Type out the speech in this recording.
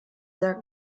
sehr